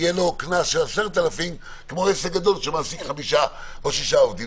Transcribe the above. יהיה עליו קנס של 10,000 כמו עסק גדול שמעסיקה חמישה או שישה עובדים.